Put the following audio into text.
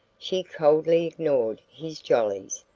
she coldly ignored his jollies,